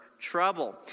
trouble